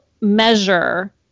measure